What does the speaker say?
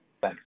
Thanks